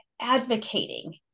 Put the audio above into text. Advocating